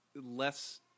less